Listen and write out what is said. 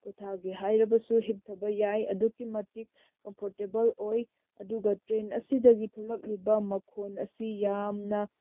ꯄꯣꯊꯥꯒꯦ ꯍꯥꯏꯔꯕꯁꯨ ꯍꯤꯞꯊꯕ ꯌꯥꯏ ꯑꯗꯨꯛꯀꯤ ꯃꯇꯤꯛ ꯀꯝꯐꯣꯔꯇꯦꯕꯜ ꯑꯣꯏ ꯑꯗꯨꯒ ꯇ꯭ꯔꯦꯟ ꯑꯁꯤꯗꯒꯤ ꯊꯣꯛꯂꯛꯂꯤꯕ ꯃꯈꯣꯜ ꯑꯁꯤ ꯌꯥꯝꯅ